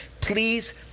Please